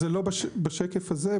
זה לא בשקף הזה.